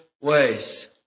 ways